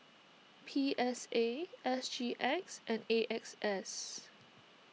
P S A S G X and A X S